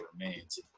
Remains